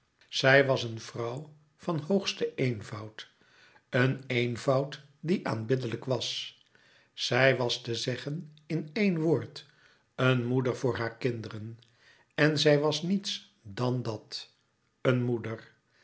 zij was een vrouw van hoogsten eenvoud een eenvoud die aanbiddelijk was zij was te zeggen in éen woord een moeder voor haar kinderen en zij was niets dan dat een moeder